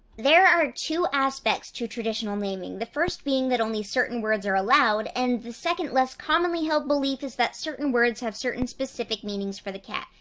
there are two aspects to traditional naming the first being that only certain words are allowed, and the second less-commonly held belief is that certain words have certain specific meanings for the cat.